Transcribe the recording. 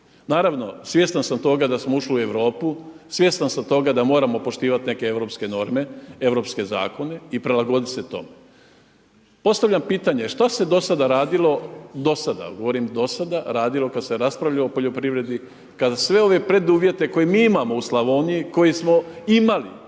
Naravno, svjestan sam toga da smo ušli u Europu, svjestan sam toga da moramo poštivati neke europske norme, europske zakone i prilagoditi se tome. Postavljam pitanje šta se do sada radilo, do sada, govorim do sada radilo kada se raspravljalo o poljoprivredi kada sve ove preduvjete koje mi imamo u Slavoniji koje smo imali